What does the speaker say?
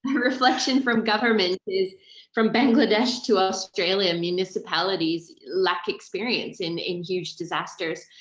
reflection from government is from bangladesh to australia. municipalities lack experience in in huge disasters.